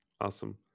awesome